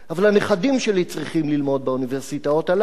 אבל הנכדים שלי צריכים ללמוד באוניברסיטאות הללו.